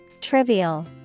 Trivial